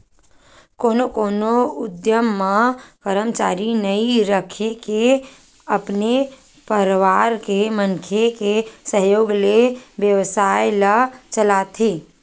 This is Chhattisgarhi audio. कोनो कोनो उद्यम म करमचारी नइ राखके अपने परवार के मनखे के सहयोग ले बेवसाय ल चलाथे